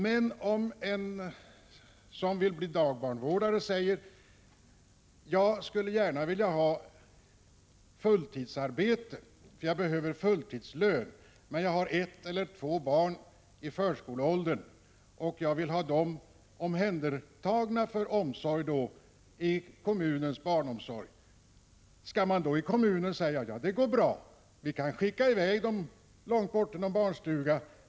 Men hur gör en kommun om någon som vill bli dagbarnvårdare säger att hon gärna skulle vilja ha fulltidsarbete, därför att hon behöver fulltidslön, men har ett eller två barn i förskoleåldern som hon vill ha omhändertagna för omsorg i kommunens barnomsorg? Skall man i kommunen då säga följande? Ja, det går bra. Vi kan skicka i väg barnen långt bort till någon barnstuga.